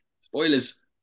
spoilers